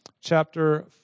chapter